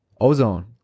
Ozone